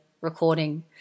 recording